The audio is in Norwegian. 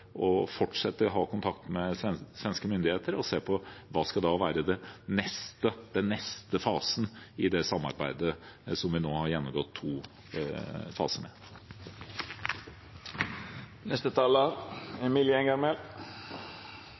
å fortsette å ha kontakt med svenske myndigheter og se på hva som skal være den neste fasen i samarbeidet, der vi nå har gått gjennom to faser.